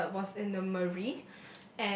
but was in the marine